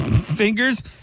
fingers